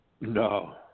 no